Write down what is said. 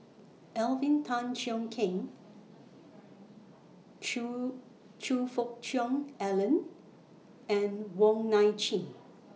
Alvin Tan Cheong Kheng Choe Choe Fook Cheong Alan and Wong Nai Chin